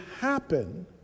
happen